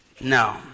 No